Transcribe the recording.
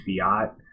fiat